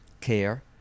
care